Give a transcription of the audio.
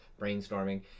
brainstorming